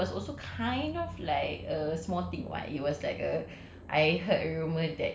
the what she asked for her daughter was kind of a small thing [what] it was like a